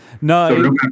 No